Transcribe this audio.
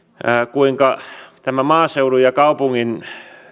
kuinka tässä maaseudun ja ja kaupungin